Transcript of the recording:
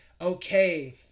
okay